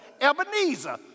Ebenezer